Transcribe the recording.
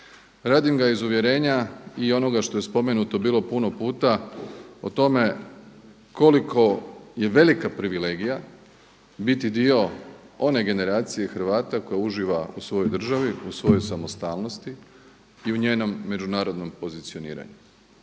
radim ga iz uvjerenja i onoga što je spomenuto bilo puno puta o tome koliko je velika privilegija biti dio one generacije Hrvata koja uživa u svojoj državi, u svojoj samostalnosti i u njenom međunarodnom pozicioniranju.